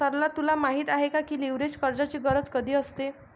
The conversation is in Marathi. सरला तुला माहित आहे का, लीव्हरेज कर्जाची गरज कधी असते?